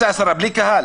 בלי קהל.